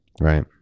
Right